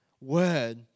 word